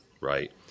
Right